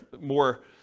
more